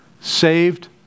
saved